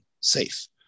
safe